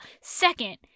Second